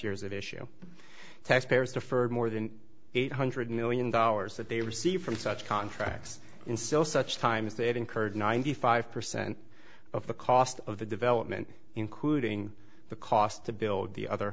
years of issue taxpayers to for more than eight hundred million dollars that they received from such contracts in still such time as they had incurred ninety five percent of the cost of the development including the cost to build the other